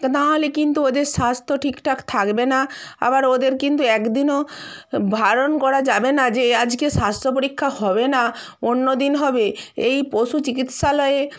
ত না হলে কিন্তু ওদের স্বাস্থ্য ঠিকঠাক থাকবে না আবার ওদের কিন্তু একদিনও বারণ করা যাবে না যে আজকে স্বাস্থ্য পরীক্ষা হবে না অন্য দিন হবে এই পশু চিকিৎসালয়ে